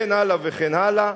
וכן הלאה וכן הלאה,